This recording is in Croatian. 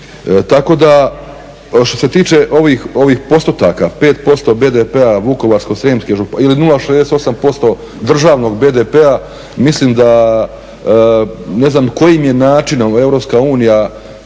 Tako da, što se tiče ovih postotaka 5% BDP-a Vukovarsko-srijemske županije ili 0,68% državnog BDP-a, mislim da, ne znam kojim je načinom